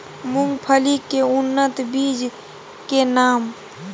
मूंगफली के उन्नत बीज के नाम?